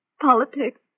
Politics